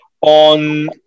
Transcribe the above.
On